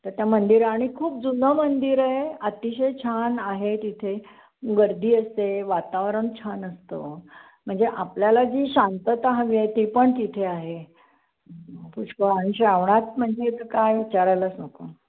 तर त्या मंदिर आणि खूप जुनं मंदिर आहे अतिशय छान आहे तिथे गर्दी असते वातावरण छान असतं म्हणजे आपल्याला जी शांतता हवी आहे ती पण तिथे आहे पुष्कळ आणि श्रावणात म्हणजे तर काय विचारायलाच नको